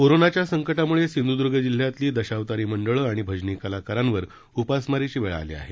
कोरोनाच्या संकटामुळे सिंघूदर्ग जिल्ह्यातली दशावतारी मंडळं आणि भजनी कलाकारांवर उपासमारीची वेळ आली आहे